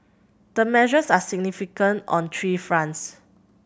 the measures are significant on three fronts